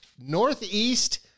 Northeast